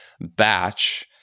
batch